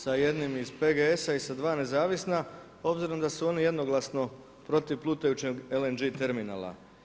Sa jednim iz PGS-a i sa dva nezavisna, obzirom da su oni jednoglasno protiv plutajućeg LNG terminala?